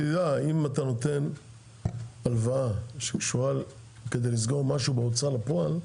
אבל אם אתה נותן הלוואה כדי לסגור משהו בהוצאה לפועל,